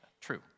true